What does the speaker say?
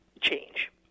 change